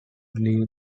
leave